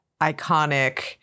iconic